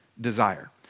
desire